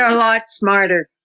ah lot smarter.